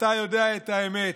אתה יודע את האמת,